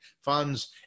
funds